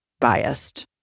biased